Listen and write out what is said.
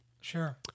Sure